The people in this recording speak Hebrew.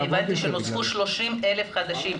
הבנתי שנוספו 30,000 חדשים,